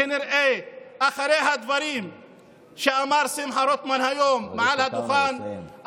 אחרי הדברים שאמר שמחה רוטמן היום מעל הדוכן,